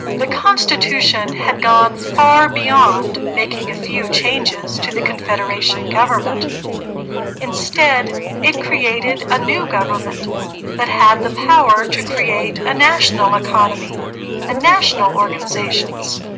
the constitution had gone far beyond making a few changes to the confederation government instead it created a new government that had the power to create a national economy and national organizations